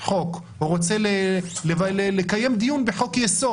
שרוצים לקיים דיון בחוק יסוד,